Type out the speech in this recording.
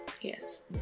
yes